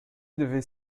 devait